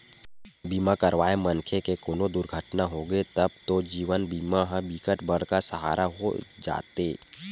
बीमा करवाए मनखे के कोनो दुरघटना होगे तब तो जीवन बीमा ह बिकट बड़का सहारा हो जाते